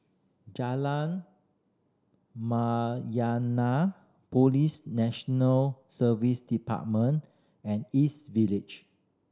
Jalan Mayaanam Police National Service Department and East Village